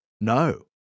no